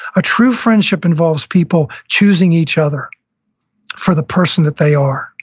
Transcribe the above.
a true friendship involves people choosing each other for the person that they are